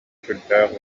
сүрдээх